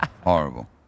Horrible